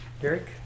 Derek